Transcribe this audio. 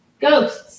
Ghosts